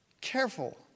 careful